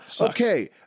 Okay